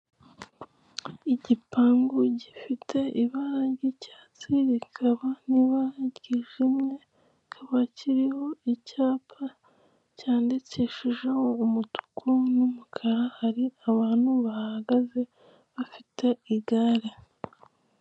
Igipangu gifite ibara ry'icyatsi rikaba n'ibara ryijimye, kikaba kiriho icyapa cyandikishijeho umutuku n'umukara hari abantu bahahagaze bafite igare